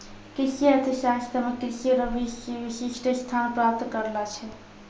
कृषि अर्थशास्त्र मे कृषि रो विशिष्ट स्थान प्राप्त करलो छै